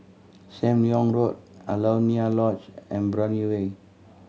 Sam Leong Road Alaunia Lodge and Brani Way